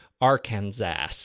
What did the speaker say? Arkansas